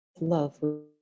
love